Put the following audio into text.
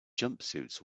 jumpsuits